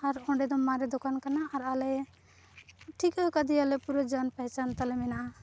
ᱟᱨ ᱚᱸᱰᱮᱫᱚ ᱢᱟᱨᱮ ᱫᱳᱠᱟᱱ ᱠᱟᱱᱟ ᱟᱨ ᱟᱞᱮ ᱴᱷᱤᱠᱟᱹ ᱟᱠᱟᱫᱮᱭᱟᱞᱮ ᱯᱩᱨᱟᱹ ᱡᱟᱱᱼᱯᱮᱦᱪᱟᱱᱛᱟᱞᱮ ᱢᱮᱱᱟᱜᱼᱟ